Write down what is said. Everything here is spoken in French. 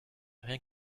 rien